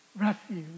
refuge